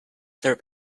their